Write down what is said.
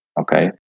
okay